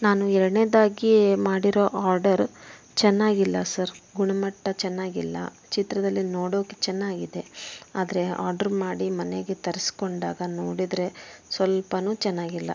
ನಾನು ಎರಡನೆಯದಾಗಿ ಮಾಡಿರೊ ಆರ್ಡರ್ ಚೆನ್ನಾಗಿಲ್ಲ ಸರ್ ಗುಣಮಟ್ಟ ಚೆನ್ನಾಗಿಲ್ಲ ಚಿತ್ರದಲ್ಲಿ ನೋಡೋಕ್ಕೆ ಚೆನ್ನಾಗಿದೆ ಆದರೆ ಆರ್ಡ್ರ ಮಾಡಿ ಮನೆಗೆ ತರಿಸ್ಕೊಂಡಾಗ ನೋಡಿದರೆ ಸ್ವಲ್ಪನು ಚೆನ್ನಾಗಿಲ್ಲ